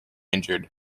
injured